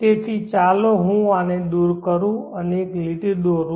તેથી ચાલો હું આને દૂર કરું અને એક લીટી દોરું